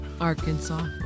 Arkansas